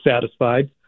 satisfied